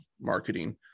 marketing